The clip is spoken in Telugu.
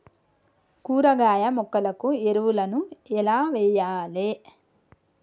కూరగాయ మొక్కలకు ఎరువులను ఎలా వెయ్యాలే?